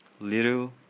little